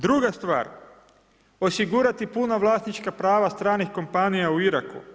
Druga stvar, osigurati puna vlasnička prava stranih kompanija u Iraku.